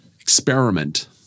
experiment